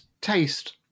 taste